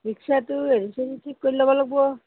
ৰিক্সাটো হেৰি চেৰি ঠিক কৰি ল'ব লাগিব